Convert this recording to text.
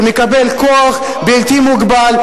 הוא מקבל כוח בלתי מוגבל.